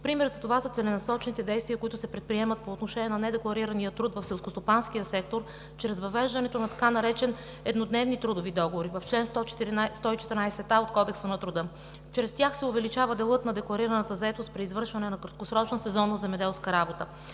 Пример за това са целенасочените действия, които се предприемат по отношение на недекларирания труд в селскостопанския сектор, чрез въвеждането на така наречените еднодневни трудови договори в чл. 114а от Кодекса на труда. Чрез тях се увеличава делът на декларираната заетост при извършване на краткосрочна сезонна земеделска работа.